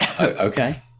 Okay